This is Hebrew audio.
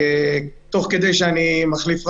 תוך כדי שאני מחליף רבש"ץ,